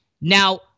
Now